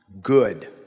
Good